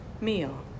meal